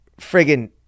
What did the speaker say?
friggin